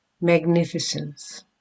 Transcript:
magnificence